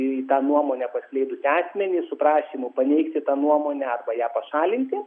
į tą nuomonę paskleidusį asmenį su prašymu paneigti tą nuomonę arba ją pašalinti